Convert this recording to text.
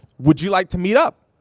would you like to meet up?